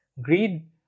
greed